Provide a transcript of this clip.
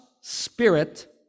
spirit